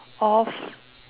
of